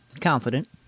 confident